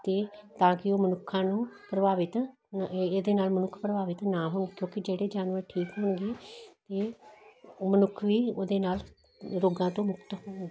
ਤੇ ਤਾਂ ਕਿ ਉਹ ਮਨੁੱਖਾਂ ਨੂੰ ਪ੍ਰਭਾਵਿਤ ਇਹਦੇ ਨਾਲ ਮਨੁੱਖ ਪ੍ਰਭਾਵਿਤ ਨਾ ਹੋਣ ਤੋਂ ਕਿ ਜਿਹੜੇ ਜਾਨਵਰ ਠੀਕ ਹੋਣਗੇ ਇਹ ਮਨੁੱਖ ਵੀ ਉਹਦੇ ਨਾਲ ਰੋਗਾਂ ਤੋਂ ਮੁਕਤ ਹੋਣਗੇ